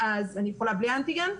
אני יכולה בלי אנטיגן.